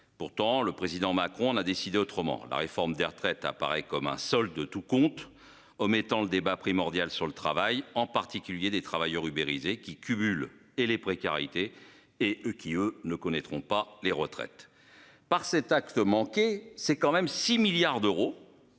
Pourtant le président Macron en a décidé autrement. La réforme des retraites apparaît comme un solde de tout compte. Oh, mettant le débat primordial sur le travail, en particulier des travailleurs ubérisés qui cumule et les précarités et eux qui eux ne connaîtront pas les retraites. Par cet acte manqué, c'est quand même 6 milliards d'euros.